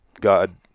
God